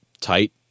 tight